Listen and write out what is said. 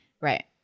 Right